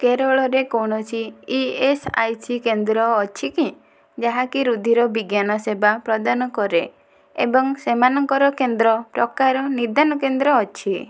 କେରଳରେ କୌଣସି ଇଏସ୍ଆଇସି କେନ୍ଦ୍ର ଅଛି କି ଯାହାକି ରୁଧିର ବିଜ୍ଞାନ ସେବା ପ୍ରଦାନ କରେ ଏବଂ ସେମାନଙ୍କର କେନ୍ଦ୍ର ପ୍ରକାର ନିଦାନ କେନ୍ଦ୍ର ଅଛି